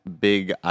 big